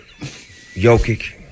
Jokic